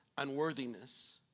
unworthiness